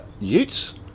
Utes